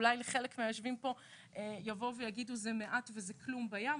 אולי חלק מהיושבים פה יגידו שזה מעט וזה כלום בים,